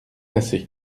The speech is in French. assez